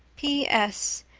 p s.